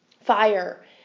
Fire